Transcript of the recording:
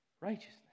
righteousness